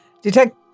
Detect